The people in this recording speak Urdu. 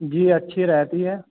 جی اچھی رہتی ہے